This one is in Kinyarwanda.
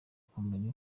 kumenya